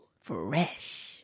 Fresh